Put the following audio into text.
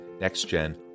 Next-Gen